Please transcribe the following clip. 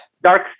Dark